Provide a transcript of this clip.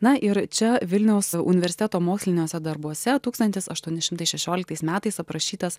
na ir čia vilniaus universiteto moksliniuose darbuose tūkstantis aštuoni šimtai šešioliktais metais aprašytas